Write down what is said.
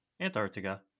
Antarctica